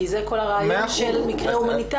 כי זה כל הרעיון של מקרה הומניטרי,